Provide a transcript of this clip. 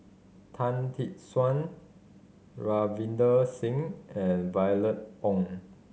Tan Tee Suan Ravinder Singh and Violet Oon